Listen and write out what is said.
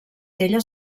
ella